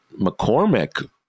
McCormick –